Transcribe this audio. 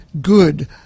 good